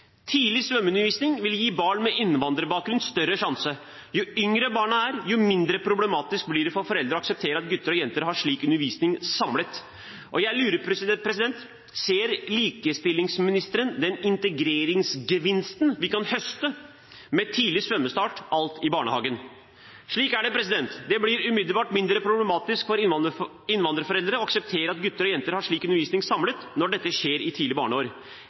Tidlig svømmeundervisning vil gi barn med innvandrerbakgrunn større sjanse. Jo yngre barna er, jo mindre problematisk blir det for foreldre å akseptere at gutter og jenter har slik undervisning samlet. Jeg lurer på: Ser likestillingsministeren den integreringsgevinsten vi kan høste med tidlig svømmestart alt i barnehagen? Slik er det – det blir umiddelbart mindre problematisk for innvandrerforeldre å akseptere at gutter og jenter har slik undervisning samlet, når dette skjer i tidlige barneår.